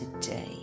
today